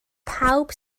pawb